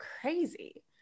crazy